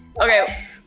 Okay